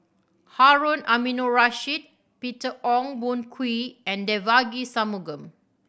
Harun Aminurrashid Peter Ong Boon Kwee and Devagi Sanmugam